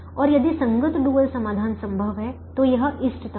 और यदि संगत डुअल समाधान संभव है तो यह इष्टतम है